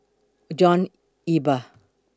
John Eber